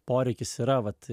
poreikis yra vat